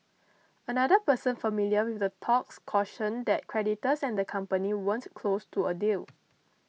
another person familiar with the talks cautioned that creditors and the company weren't close to a deal